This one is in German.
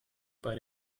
bei